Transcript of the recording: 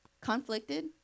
conflicted